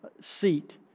seat